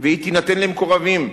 והיא תינתן למקורבים.